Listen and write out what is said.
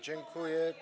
Dziękuję.